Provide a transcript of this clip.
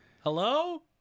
Hello